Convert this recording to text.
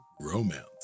romance